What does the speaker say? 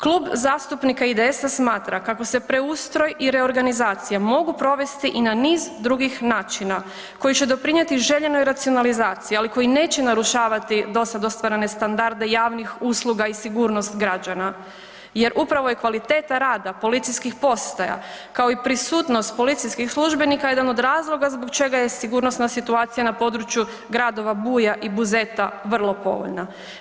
Klub zastupnika IDS-a smatra kako se preustroj i reorganizacija mogu provesti i na niz drugih načina koji će doprinijeti željenoj racionalizaciji ali koji neće narušavati dosada ostvarene standarde javnih usluga i sigurnost građana jer upravo je kvaliteta rada policijskih postaja kao i prisutnost policijskih službenika jedan od razloga zbog čega je sigurnosna situacija na području gradova Buja i Buzeta vrlo povoljna.